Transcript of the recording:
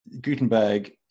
Gutenberg